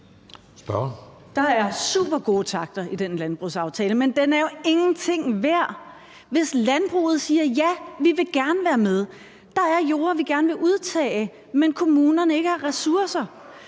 Der er supergode takter i den landbrugsaftale, men den er jo ingenting værd, hvis landbruget siger, at ja, de vil gerne være med, og at der er jorder, de gerne vil udtage, men kommunerne ikke har ressourcer.